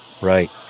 Right